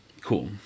Cool